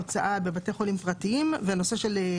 החולה תיקון